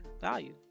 value